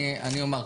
אני אומר.